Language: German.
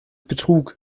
betrug